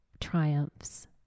triumphs